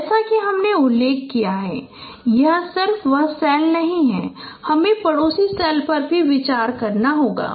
जैसा कि हमने उल्लेख किया है कि यह सिर्फ वह सेल नहीं है हमें पड़ोसी सेल पर भी विचार करना होगा